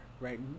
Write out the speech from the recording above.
right